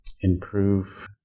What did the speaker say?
improve